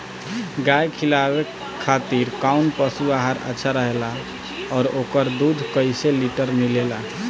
गाय के खिलावे खातिर काउन पशु आहार अच्छा रहेला और ओकर दुध कइसे लीटर मिलेला?